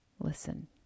Listen